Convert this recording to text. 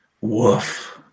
Woof